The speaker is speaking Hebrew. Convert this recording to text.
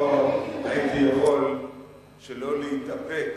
לא הייתי יכול להתאפק